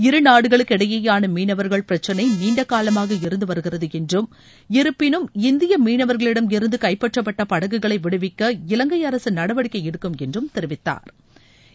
இருநாடுகளுக்கு இடையேயான மீனவா்கள் பிரச்சினை நீண்டகாலமாக இருந்து வருகிறது என்றும் இருப்பினும் இந்திய மீனவர்களிடமிருந்து கைப்பற்றப்பட்ட படகுகளை விடுவிக்க இலங்கை அரசு நடவடிக்கை எடுக்கும் என்று தெரிவித்தாா்